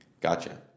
Gotcha